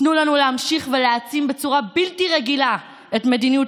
תנו לנו להמשיך ולהעצים בצורה בלתי רגילה את מדיניות